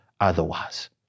otherwise